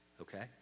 okay